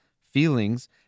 feelings